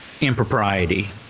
impropriety